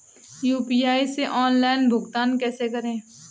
UPI से online भुगतान कैसे करें?